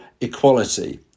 equality